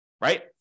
Right